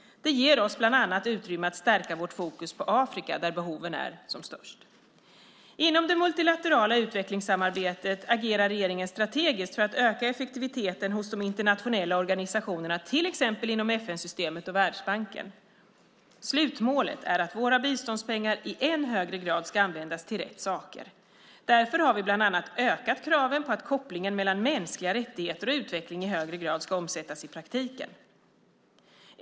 Det ger oss bland annat utrymme att stärka vårt fokus på Afrika där behoven är som störst. Inom det multilaterala utvecklingssamarbetet agerar regeringen strategiskt för att öka effektiviteten hos de internationella organisationerna, till exempel inom FN-systemet och Världsbanken. Slutmålet är att våra biståndspengar i än högre grad ska användas till rätt saker. Därför har vi bland annat ökat kraven på att kopplingen mellan mänskliga rättigheter och utveckling i högre grad ska omsättas i praktiken.